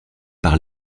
par